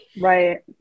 Right